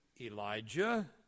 Elijah